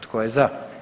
Tko je za?